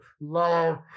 love